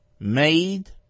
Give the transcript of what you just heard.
Made